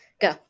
go